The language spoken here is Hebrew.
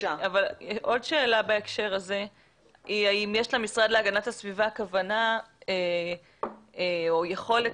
עוד שאלה בהקשר הזה היא האם למשרד להגנת הסביבה יש כוונה או יכולת